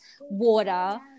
water